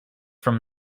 from